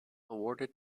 awarded